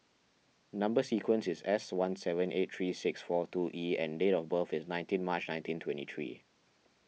Number Sequence is S one seven eight three six four two E and date of birth is nineteen March nineteen twenty three